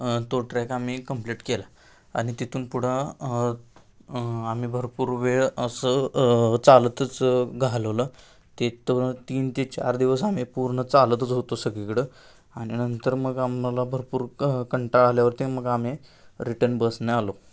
तो ट्रॅक आम्ही कंप्लीट केला आणि तिथून पुढं आम्ही भरपूर वेळ असं चालतच घालवलं ते तर तीन ते चार दिवस आम्ही पूर्ण चालतच होतो सगळीकडं आणि नंतर मग आम्हाला भरपूर क कंटाळा आल्यावरती मग आम्ही रिटर्न बसने आलो